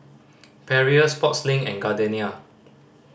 Perrier Sportslink and Gardenia